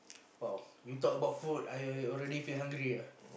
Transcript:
!wow! you talk about food I I already feel hungry ah